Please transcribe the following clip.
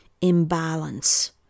Imbalance